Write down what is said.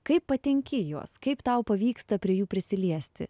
kaip patenki į juos kaip tau pavyksta prie jų prisiliesti